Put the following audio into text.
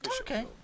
okay